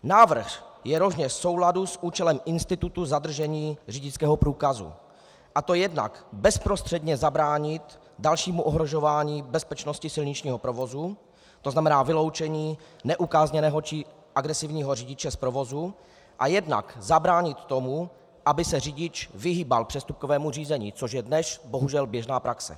Návrh je rovněž v souladu s účelem institutu zadržení řidičského průkazu, a to jednak bezprostředně zabránit dalšímu ohrožování bezpečnosti silničního provozu, to znamená vyloučení neukázněného či agresivního řidiče z provozu, a jednak zabránit tomu, aby se řidič vyhýbal přestupkovému řízení, což je dnes bohužel běžná praxe.